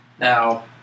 Now